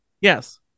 Yes